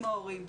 עם ההורים,